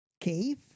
cave